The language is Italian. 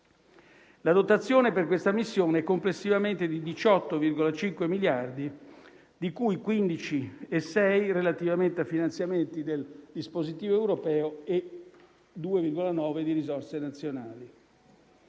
La dotazione per questa missione è complessivamente di 18,5 miliardi, di cui 15,6 relativamente a finanziamenti del dispositivo europeo e 2,9 di risorse nazionali.